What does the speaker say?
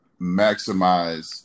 maximize